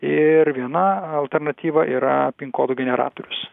ir viena alternatyva yra pin kodų generatorius